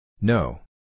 No